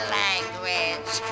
language